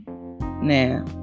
Now